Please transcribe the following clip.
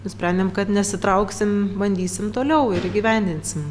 nusprendėm kad nesitrauksim bandysim toliau ir įgyvendinsim